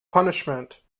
punishment